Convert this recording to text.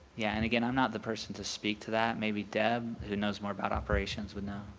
yeah and again, i'm not the person to speak to that. maybe deb who knows more about operations would know.